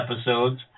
episodes